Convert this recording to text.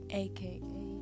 aka